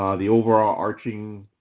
um the overall arching